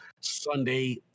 Sunday